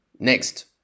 next